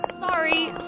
Sorry